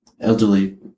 elderly